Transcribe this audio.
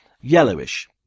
yellowish